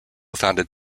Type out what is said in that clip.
founded